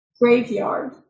graveyard